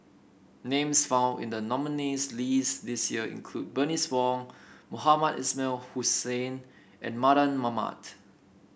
names found in the nominees' list this year include Bernice Wong Mohamed Ismail Hussain and Mardan Mamat